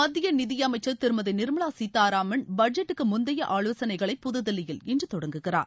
மத்திய நிதியமைச்சர் திருமதி நிர்மலா சீதாராமன் பட்ஜெட்டுக்கு முந்தைய ஆலோசனைகளை புதுதில்லியில் இன்று தொடங்குகிறார்